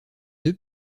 deux